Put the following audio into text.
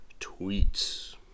tweets